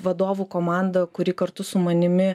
vadovų komanda kuri kartu su manimi